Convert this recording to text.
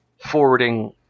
forwarding